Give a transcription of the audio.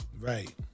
Right